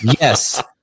yes